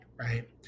Right